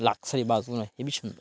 luxury বাসগুলো heavy সুন্দর